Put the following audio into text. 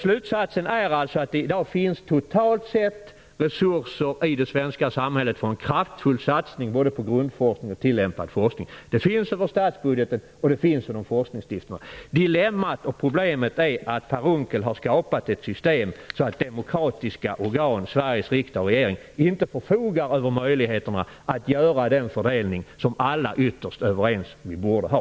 Slutsatsen är att det i dag totalt sett finns resurser i det svenska samhället för en kraftfull satsning både på grundforskning och på tillämpad forskning. Sådana är inlagda i statsbudgeten och finns i forskningsstiftelserna. Dilemmat är att Per Unckel har skapat ett system där demokratiska organ i form av Sveriges riksdag och regering inte förfogar över möjligheterna att göra den fördelning som alla ytterst är överens om att vi borde ha.